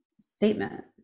statement